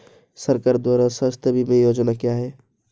सरकार द्वारा स्वास्थ्य बीमा योजनाएं क्या हैं?